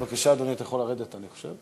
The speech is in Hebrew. בבקשה, אדוני, אתה יכול לרדת אני חושב.